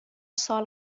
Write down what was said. سال